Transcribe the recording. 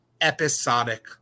episodic